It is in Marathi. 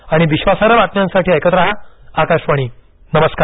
आणि विश्वासार्ह बातम्यांसाठी ऐकत राहा आकाशवाणी नमस्कार